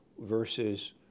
versus